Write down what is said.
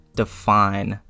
define